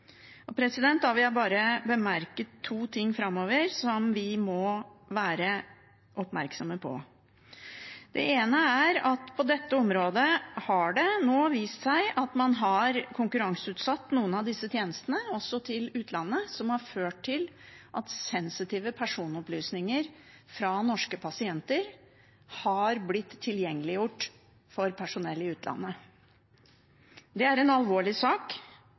bare to ting framover som vi må være oppmerksomme på. Det ene er at på dette området har det vist seg at man har konkurranseutsatt noen av disse tjenestene også til utlandet, noe som har ført til at sensitive personopplysninger fra norske pasienter har blitt tilgjengelige for personell i utlandet. Det er en alvorlig sak.